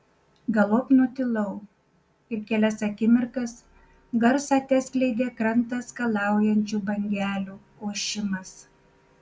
galop nutilau ir kelias akimirkas garsą teskleidė krantą skalaujančių bangelių ošimas